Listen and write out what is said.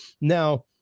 now